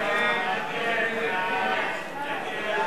הצעת סיעות העבודה מרצ להביע